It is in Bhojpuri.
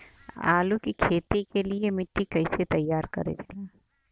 आलू की खेती के लिए मिट्टी कैसे तैयार करें जाला?